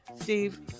Steve